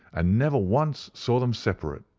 and never once saw them separate.